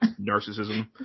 narcissism